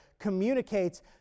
communicates